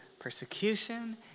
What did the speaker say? persecution